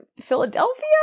philadelphia